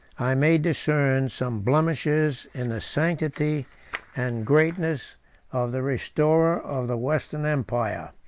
i may discern some blemishes in the sanctity and greatness of the restorer of the western empire.